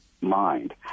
mind